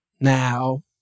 now